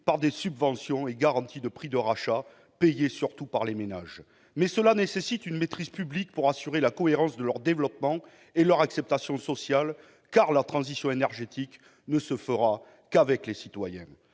par des subventions et par des garanties de prix de rachat payées surtout par les ménages. Cela étant, une maîtrise publique est nécessaire pour assurer la cohérence de leur développement et leur acceptation sociale, car la transition énergétique ne se fera qu'avec les citoyens.